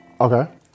Okay